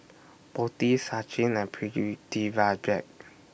Potti Sachin and Pritiviraj